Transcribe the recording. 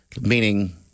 Meaning